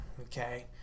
okay